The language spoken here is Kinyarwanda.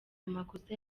amakosa